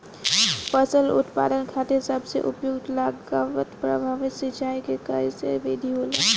फसल उत्पादन खातिर सबसे उपयुक्त लागत प्रभावी सिंचाई के कइसन विधि होला?